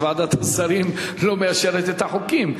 יש ועדת שרים שלא מאשרת את החוקים.